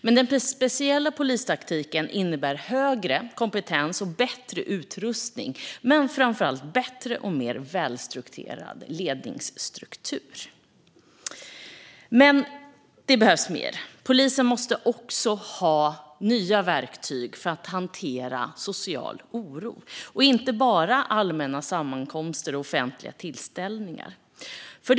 Men den särskilda polistaktiken innebär högre kompetens och bättre utrustning och framför allt bättre och mer välstrukturerad ledningsstruktur. Det behövs dock mer. Polisen måste också ha nya verktyg för att hantera social oro, inte bara allmänna sammankomster och offentliga tillställningar.